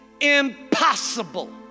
impossible